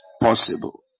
possible